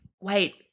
wait